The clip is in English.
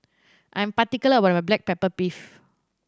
I am particular about my black pepper beef